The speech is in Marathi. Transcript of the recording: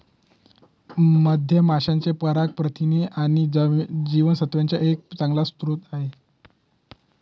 मधमाशांचे पराग प्रथिन आणि जीवनसत्त्वांचा एक चांगला स्रोत आहे